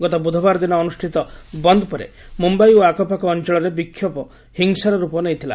ଗତ ବୁଧବାର ଦିନ ଅନୁଷ୍ଠିତ ବନ୍ଦ ପରେ ମୁମ୍ବାଇ ଓ ଆଖପାଖ ଅଞ୍ଚଳରେ ବିକ୍ଷୋଭ ହିଂସାର ରୂପ ନେଇଥିଲା